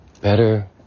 better